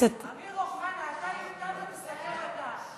אמיר אוחנה, אתה תסכם אתה.